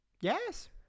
Yes